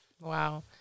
wow